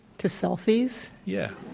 to selfies? yeah.